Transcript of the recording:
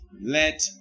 Let